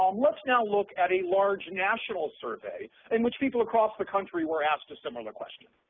um let's now look at a large national survey in which people across the country were asked a similar question.